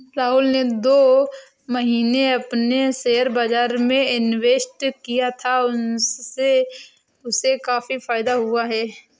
राहुल ने दो महीने पहले शेयर बाजार में इन्वेस्ट किया था, उससे उसे काफी फायदा हुआ है